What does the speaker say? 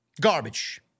Garbage